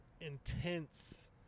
intense